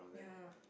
yeha